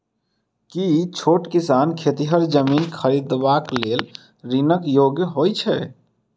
की छोट किसान खेतिहर जमीन खरिदबाक लेल ऋणक योग्य होइ छै?